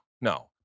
no